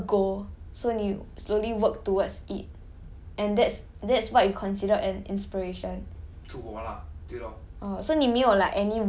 so 你 so 你是要自己 set 一个 goal so 你 slowly work towards it and that's that's what you consider an inspiration